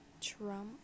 Trump